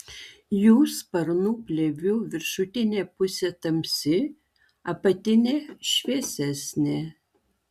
jų sparnų plėvių viršutinė pusė tamsi apatinė šviesesnė